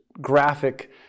graphic